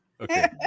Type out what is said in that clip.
Okay